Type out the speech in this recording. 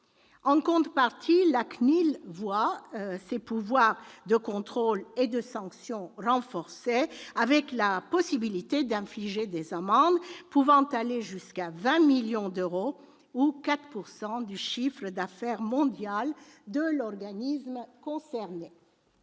En contrepartie, la CNIL voit ses pouvoirs de contrôle et de sanction renforcés, avec la possibilité d'infliger des amendes pouvant aller jusqu'à 20 millions d'euros ou 4 % du chiffre d'affaires mondial de l'organisme concerné.